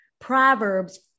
Proverbs